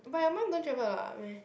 but your mum don't travel a lot meh